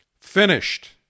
Finished